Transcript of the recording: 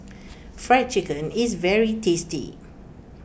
Fried Chicken is very tasty